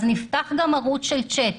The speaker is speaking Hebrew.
אז נפתח גם ערוץ של צ'אט.